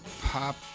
pop